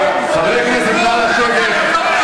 חברי הכנסת, נא לשבת.